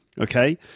okay